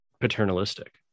paternalistic